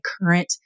current